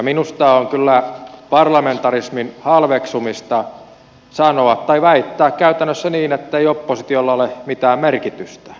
minusta on kyllä parlamentarismin halveksumista sanoa tai väittää käytännössä niin ettei oppositiolla ole mitään merkitystä